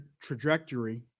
trajectory